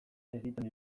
egiten